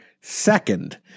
second